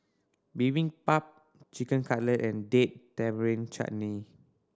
Bibimbap Chicken Cutlet and Date Tamarind Chutney